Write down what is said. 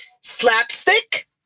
slapstick